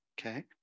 Okay